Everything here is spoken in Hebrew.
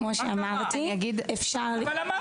כמו שאמרתי -- אז אמרת.